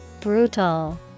Brutal